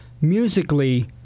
Musically